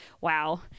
wow